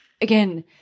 again